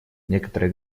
некоторые